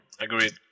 Agreed